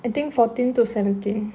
I think fourteen to seventeen